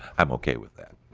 i'm okay with that.